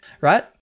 right